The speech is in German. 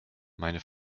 meine